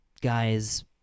guy's